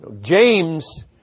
James